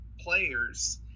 players